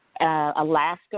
Alaska